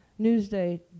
Newsday